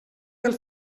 del